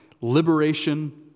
liberation